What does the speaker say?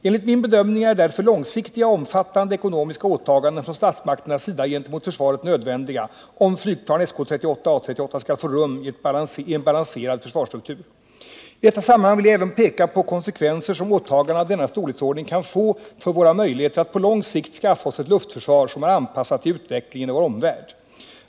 Enligt min bedömning är därför långsiktiga och omfattande ekonomiska åtaganden från statsmakternas sida gentemot försvaret nödvändiga, om flygplan SK 38/A 38 skall få rum i en balanserad försvarsstruktur. I detta sammanhang vill jag även peka på de konsekvenser som åtaganden av denna storleksordning kan få för våra möjligheter att på lång sikt skaffa oss ett lufiförsvar, som är anpassat till utvecklingen i vår omvärld.